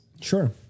Sure